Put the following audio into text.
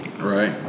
Right